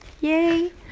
yay